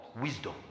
wisdom